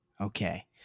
Okay